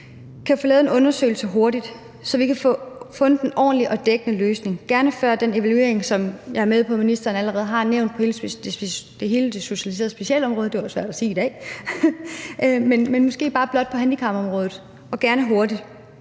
kan få lavet en undersøgelse hurtigt, så vi kan få fundet en ordentlig og dækkende løsning, gerne før den evaluering, som jeg er med på ministeren allerede har nævnt i forhold til hele det specialiserede socialområde – men måske blot på handicapområdet, og gerne hurtigt;